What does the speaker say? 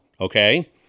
okay